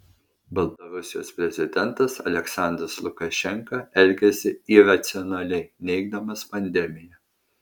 baltarusijos prezidentas aliaksandras lukašenka elgiasi iracionaliai neigdamas pandemiją